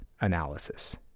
analysis